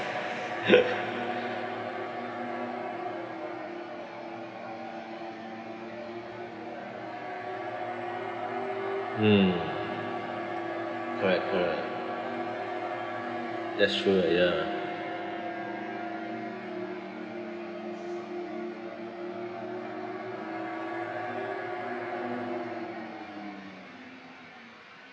mm correct correct that's true lah ya